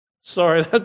Sorry